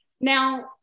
now